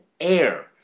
air